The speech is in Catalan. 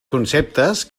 conceptes